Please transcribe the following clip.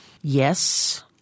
Yes